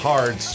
Hard